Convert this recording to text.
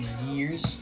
years